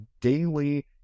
daily